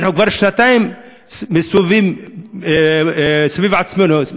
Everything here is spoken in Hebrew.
אנחנו כבר שנתיים מסתובבים סביב עצמנו,